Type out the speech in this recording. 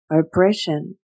oppression